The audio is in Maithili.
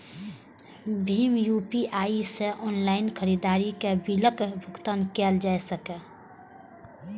भीम यू.पी.आई सं ऑनलाइन खरीदारी के बिलक भुगतान कैल जा सकैए